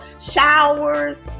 showers